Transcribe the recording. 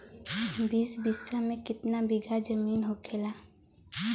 बीस बिस्सा में कितना बिघा जमीन होखेला?